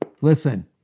listen